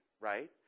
right